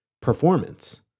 performance